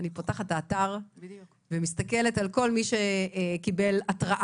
אני פותחת את האתר ומסתכלת על כל מי שקיבל התראה,